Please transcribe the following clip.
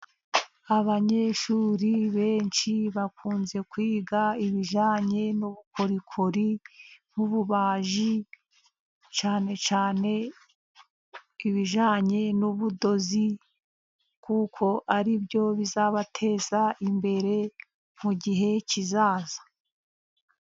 Abanyeshuri benshi bakunze kwiga ibijyanye n'ubukorikori; nk'ububaji cyane cyane ibijyanye n'ubudozi, kuko ari byo bizabateza imbere mu gihe kizaza.